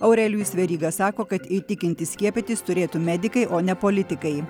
aurelijus veryga sako kad įtikinti skiepytis turėtų medikai o ne politikai